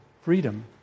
freedom